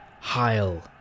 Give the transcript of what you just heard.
Heil